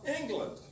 England